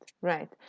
right